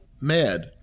mad